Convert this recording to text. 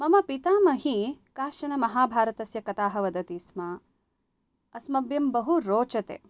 मम पितामही काश्चन महाभारतस्य कथाः वदति स्म अस्मभ्यं बहु रोचते